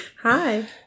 hi